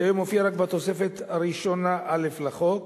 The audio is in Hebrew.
שהיום מופיע רק בתוספת הראשונה א' לחוק,